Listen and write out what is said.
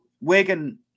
Wigan